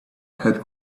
had